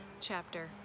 chapter